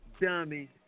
dummy